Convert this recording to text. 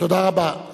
תודה רבה.